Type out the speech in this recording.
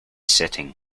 sitting